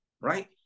right